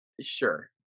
sure